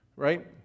Right